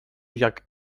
jak